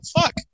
fuck